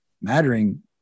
mattering